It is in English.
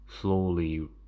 slowly